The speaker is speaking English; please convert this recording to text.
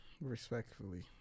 Respectfully